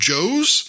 Joe's